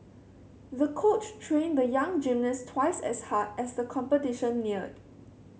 the coach trained the young gymnast twice as hard as the competition neared